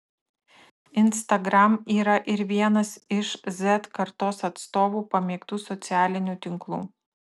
instagram yra ir vienas iš z kartos atstovų pamėgtų socialinių tinklų